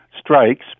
strikes